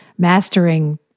mastering